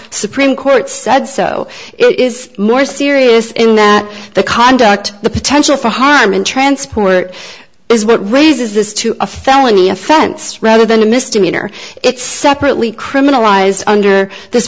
supreme court said so it is more serious in that the conduct the potential for harm and transport is what raises this to a felony offense rather than a misdemeanor it's separately criminalized under this